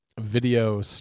video